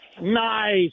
Nice